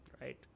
Right